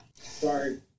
Sorry